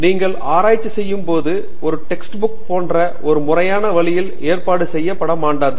நீங்கள் ஆராய்ச்சி செய்யும் போது ஒரு டெக்ஸ்ட் புக் போன்ற ஒரு முறையான வழியில் ஏற்பாடு செய்யப்பட மாட்டாது